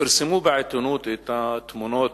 ופרסמו בעיתונות את התמונות